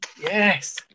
Yes